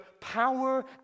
power